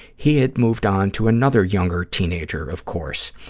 he had moved on to another younger teenager, of course.